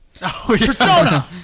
Persona